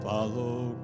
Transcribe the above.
Follow